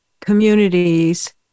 communities